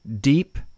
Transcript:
deep